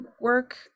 work